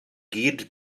gyd